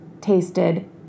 tasted